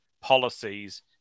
policies